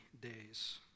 days